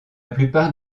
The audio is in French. plupart